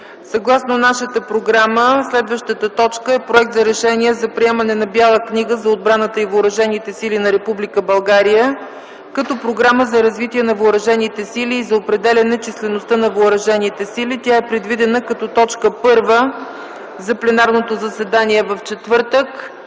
Съгласно нашата програма, следващата точка е Проект за решение за приемане на Бяла книга за отбраната и Въоръжените сили на Република България като програма за развитие на Въоръжените сили и за определяне числеността на Въоръжените сили. Тя е предвидена като точка първа за пленарното заседание в четвъртък.